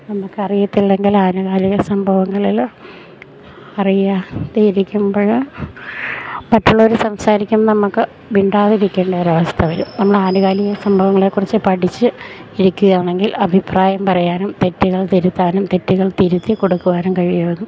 നമുക്കറിയത്തില്ലെങ്കിൽ ആനുകാലിക സംഭവങ്ങളിൽ അറിയാതെയിരിക്കുമ്പോഴ് മറ്റുള്ളവർ സംസാരിക്കുമ്പോൾ നമുക്ക് മിണ്ടാതിരിക്കേണ്ട ഒരു അവസ്ഥ വരും നമ്മൾ ആനുകാലിക സംഭവങ്ങളെക്കുറിച്ച് പഠിച്ച് ഇരിക്കുകയാണെങ്കിൽ അഭിപ്രായം പറയാനും തെറ്റുകൾ തിരുത്താനും തെറ്റുകൾ തിരുത്തി കൊടുക്കുവാനും കഴിയുമെന്ന്